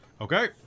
okay